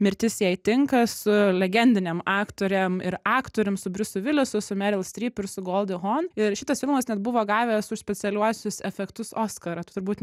mirtis jai tinka su legendinėm aktorėm ir aktorium su briusu vilisu su meryl stryp ir su goldi hon ir šitas filmas net buvo gavęs už specialiuosius efektus oskarą turbūt